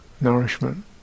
nourishment